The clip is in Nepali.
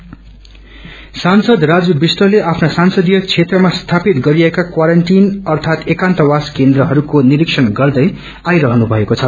सेन्टर मिजिट सांसद राजु विष्टते आफ्ना संसदीय क्षेत्रमा स्थापित गरिएका क्वारेन्टाईन अर्थात एकान्तवास केन्द्रहरू निरीक्षण गर्दै आईरहनु भएको छ